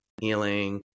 healing